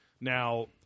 Now